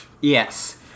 Yes